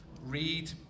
read